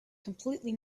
completely